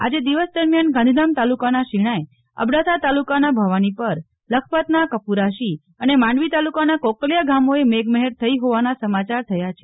આજે દિવસ દરમિયાન ગાંધીધામ તાલુકાના શિણાય અબડાસા તાલુકાના ભવાનીપર લખપતના કપુરાશી અને માંડવી તાલુકાના કોકલીયા ગામોએ મેઘમહેર થઈ હોવાના સમાચાર થયા છે